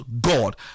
God